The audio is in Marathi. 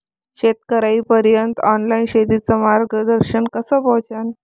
शेतकर्याइपर्यंत ऑनलाईन शेतीचं मार्गदर्शन कस पोहोचन?